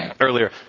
earlier